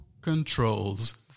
controls